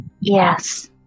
Yes